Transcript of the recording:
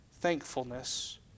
thankfulness